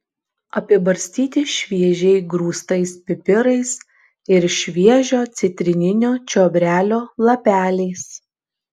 apibarstyti šviežiai grūstais pipirais ir šviežio citrininio čiobrelio lapeliais